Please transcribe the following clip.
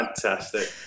Fantastic